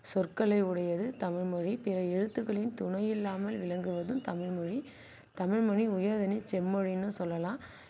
சொற்களை உடையது தமிழ்மொழி பிற எழுத்துக்களின் துணை இல்லாமல் விளங்குவதும் தமிழ்மொழி தமிழ்மொழி உயர்தனிச் செம்மொழின்னு சொல்லலாம்